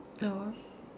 the one